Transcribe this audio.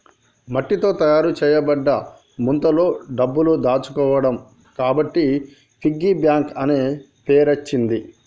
మట్టితో తయారు చేయబడ్డ ముంతలో డబ్బులు దాచుకోవడం కాబట్టి పిగ్గీ బ్యాంక్ అనే పేరచ్చింది